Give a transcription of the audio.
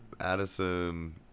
Addison